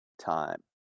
Time